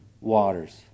waters